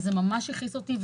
וזה ממש הכעיס אותי.